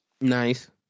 Nice